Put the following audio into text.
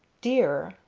dear,